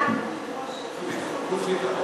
חוץ וביטחון.